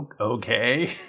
Okay